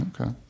Okay